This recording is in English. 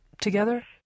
together